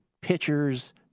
pitchers